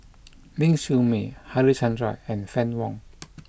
Ling Siew May Harichandra and Fann Wong